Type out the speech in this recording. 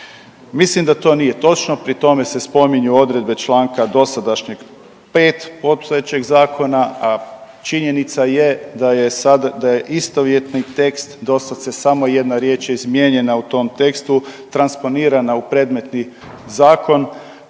Mislim da to nije točno, pri tome se spominju odredbe članka dosadašnjeg 5 postojećeg zakona, a činjenica je da je istovjetni tekst do sad se samo jedna riječ izmijenjena u tom tekstu transponirana u predmetni zakon